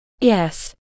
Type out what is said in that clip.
Yes